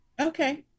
Okay